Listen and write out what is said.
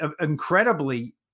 Incredibly